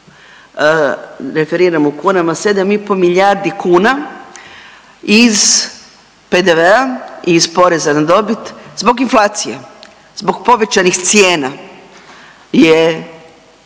referiram u kunama 7 i pol milijardi kuna iz PDV-a i iz poreza na dobit zbog inflacije, zbog povećanih cijena je